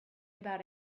about